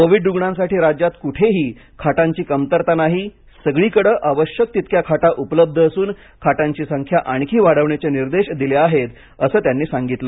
Covid रुग्णांसाठी राज्यात कुठेही खाटांची कमतरता नाही सगळीकडे आवश्यक तितक्या खाटा उपलब्ध असून खाटांची संख्या आणखी वाढवण्याचे निर्देश दिले आहे असं त्यांनी सांगितलं